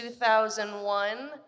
2001